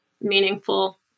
meaningful